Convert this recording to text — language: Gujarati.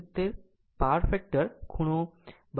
69 પાવર ફેક્ટર ખૂણો 22